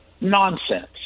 Nonsense